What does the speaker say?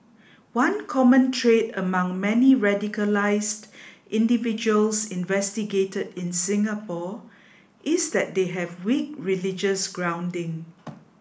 one common trait among many radicalised individuals investigated in Singapore is that they have weak religious grounding